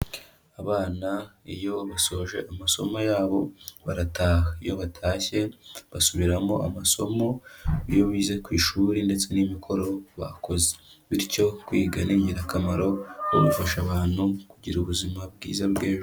Abana iyo basoje amasomo yabo barataha. Iyo batashye basubiramo amasomo; ibyo bize ku ishuri ndetse n'imikoro bakoze, bityo kwiga ni ingirakamaro kuko bifasha abantu kugira ubuzima bwiza bw'ejo.